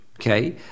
okay